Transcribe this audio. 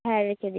হ্যাঁ রেখে দে